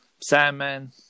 Sandman